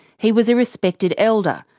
he was a respected elder,